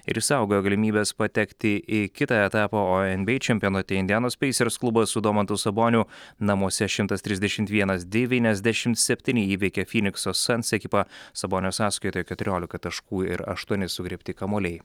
ir išsaugojo galimybes patekti į kitą etapą o nba čempionate indianos pacers klubas su domantu saboniu namuose šimtas trisdešimt vienas devyniasdešimt septyni įveikė fynikso suns ekipą sabonio sąskaitoje keturiolika taškų ir aštuoni sugriebti kamuoliai